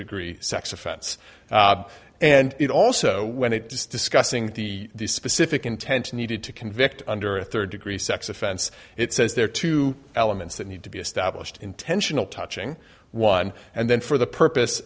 degree sex offense and it also when it does discussing the specific intent needed to convict under a third degree sex offense it says there are two elements that need to be established intentional touching one and then for the purpose